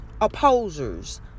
opposers